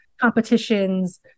competitions